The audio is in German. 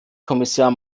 kommissar